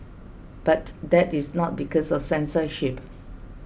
but that is not because of censorship